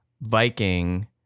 Viking